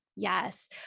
Yes